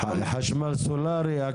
חשמל סולרי.